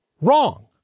wrong